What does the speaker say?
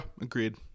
agreed